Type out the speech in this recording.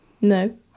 no